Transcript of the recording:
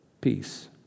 peace